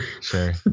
Sure